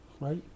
right